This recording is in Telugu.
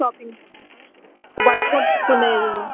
షాపింగ్ బట్టలు కొనుక్కునేది